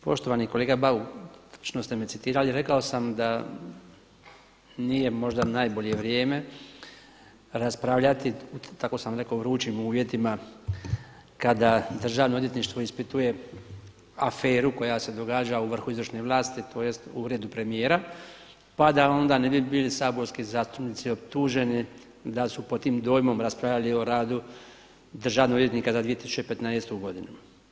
Poštovani kolega Bauk, točno ste me citirali, rekao sam da nije možda najbolje vrijeme raspravljati, tako sam rekao u vrućim uvjetima kada državno odvjetništvo ispituje aferu koja se događa u vrhu izvršne vlasti, tj. u Uredu premijera pa da onda ne bi bili saborski zastupnici optuženi da su pod tim dojmom raspravljali o radu državnog odvjetnika za 2015. godinu.